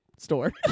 store